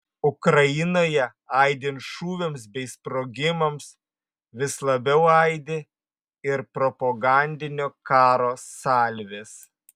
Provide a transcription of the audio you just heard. ukrainoje aidint šūviams bei sprogimams vis labiau aidi ir propagandinio karo salvės